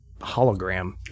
hologram